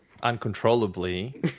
uncontrollably